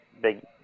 big